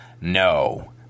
No